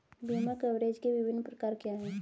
बीमा कवरेज के विभिन्न प्रकार क्या हैं?